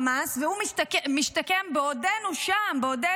אם את שומעת אותנו, תדעי: